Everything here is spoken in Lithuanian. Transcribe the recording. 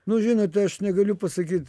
nu žinot aš negaliu pasakyt